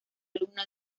alumno